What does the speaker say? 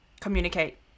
communicate